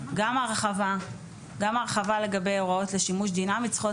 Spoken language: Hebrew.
גם ההרחבה לגבי הוראות לשימוש דינמי צריכות